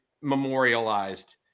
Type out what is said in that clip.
memorialized